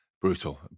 Brutal